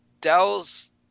Dell's